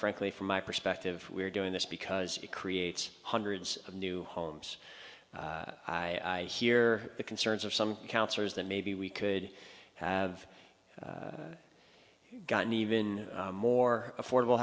frankly from my perspective we're doing this because it creates hundreds of new homes i hear the concerns of some councillors that maybe we could have gotten even more affordable